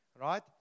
Right